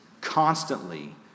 constantly